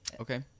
Okay